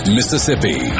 Mississippi